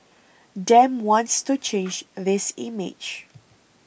Dem wants to change this image